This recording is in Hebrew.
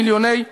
מיליוני פליטים.